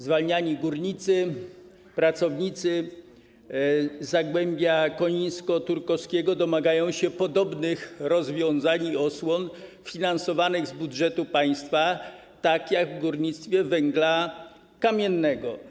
Zwalniani górnicy, pracownicy z zagłębia konińsko-turkowskiego domagają się podobnych rozwiązań i osłon finansowanych z budżetu państwa, jak w przypadku pracowników górnictwa węgla kamiennego.